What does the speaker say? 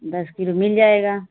दस किलो मिल जाएगा